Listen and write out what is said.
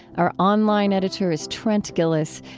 our online editor is trent gilliss.